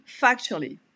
factually